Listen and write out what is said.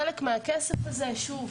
חלק מהכסף הזה שוב,